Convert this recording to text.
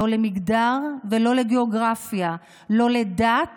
לא למגדר ולא לגיאוגרפיה, לא לדת